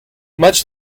much